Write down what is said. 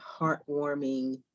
heartwarming